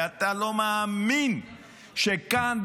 ואתה לא מאמין שכאן,